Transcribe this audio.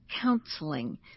counseling